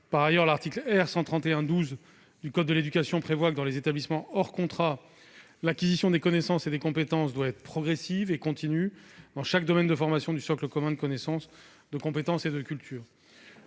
Par ailleurs, l'article R. 131-12 du code de l'éducation prévoit que, dans les établissements hors contrat, l'acquisition des connaissances et des compétences doit être progressive et continue dans chaque domaine de formation du socle commun de connaissances, de compétences et de culture.